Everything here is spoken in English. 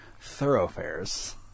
thoroughfares